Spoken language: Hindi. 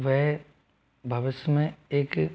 वह भविष्य में एक